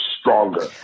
stronger